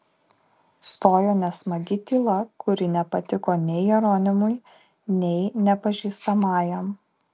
stojo nesmagi tyla kuri nepatiko nei jeronimui nei nepažįstamajam